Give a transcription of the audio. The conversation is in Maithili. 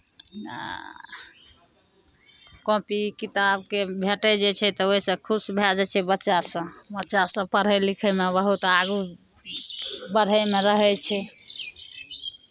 आ कॉपी किताबके भेटै जे छै तऽ ओहिसँ खुश भए जाइ छै बच्चासभ बच्चासभ पढ़य लिखयमे बहुत आगू बढ़यमे रहै छै